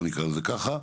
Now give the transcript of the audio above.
בוא נקרא לזה ככה,